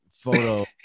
photo